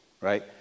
Right